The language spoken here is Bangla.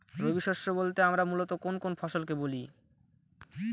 রবি শস্য বলতে আমরা মূলত কোন কোন ফসল কে বলি?